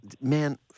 man